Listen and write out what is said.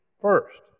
first